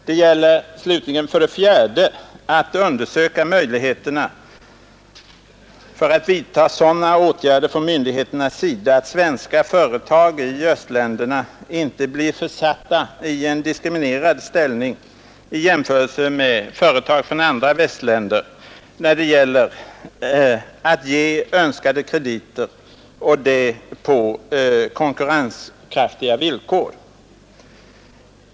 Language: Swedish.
Det gäller slutligen för det fjärde att undersöka möjligheterna för att vidta sådana åtgärder från myndigheternas sida att svenska företag i östländerna inte blir försatta i en diskriminerad ställning i jämförelse med företag från andra västländer när det gäller att ge önskade krediter och det på konkurrenskraftiga villkor.